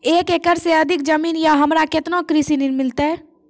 एक एकरऽ से अधिक जमीन या हमरा केतना कृषि ऋण मिलते?